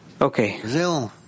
Okay